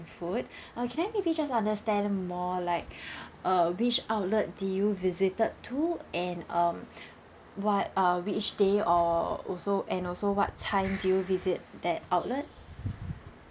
food uh can I maybe just understand more like uh which outlet did you visited to and um what uh which day or also and also what time do you visit that outlet